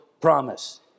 promise